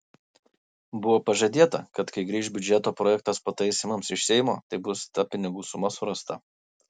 buvo pažadėta kad kai grįš biudžeto projektas pataisymams iš seimo tai bus ta pinigų suma surasta